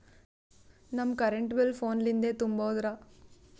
ನಮ್ current bill ಫೋನ ಲಿಂದೇ ತುಂಬೌದ್ರಾ?